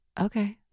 okay